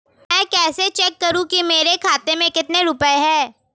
मैं कैसे चेक करूं कि मेरे खाते में कितने रुपए हैं?